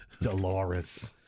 Dolores